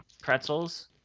pretzels